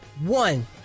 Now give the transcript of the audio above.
One